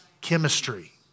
chemistry